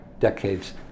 decades